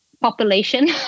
population